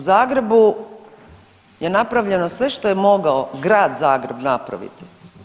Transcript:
U Zagrebu je napravljeno sve što je mogao Grad Zagreb napraviti.